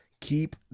keep